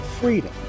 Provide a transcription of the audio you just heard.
freedom